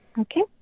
Okay